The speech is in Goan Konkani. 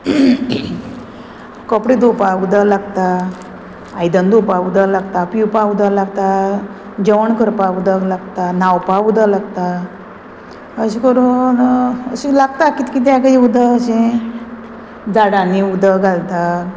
कपडे धुवपाक उदक लागता आयदन धुवपाक उदक लागता पिवपा उदक लागता जेवण करपाक उदक लागता न्हांवपा उदक लागता अशें करून अशें लागता कित किद्याकय उदक अशें झाडांनीं उदक घालता